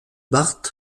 bart